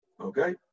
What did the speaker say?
Okay